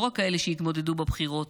לא רק כאלה שהתמודדו בבחירות,